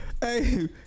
Hey